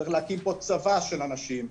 צריך להקים כאן צבא של אנשים,